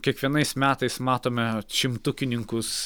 kiekvienais metais matome šimtukininkus